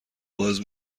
باز